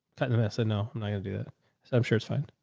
fighting the, i said, no, i'm not going to do that. so i'm sure it's fine.